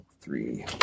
Three